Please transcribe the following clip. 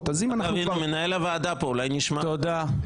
מנהל הוועדה פה, אולי נשמע אותו.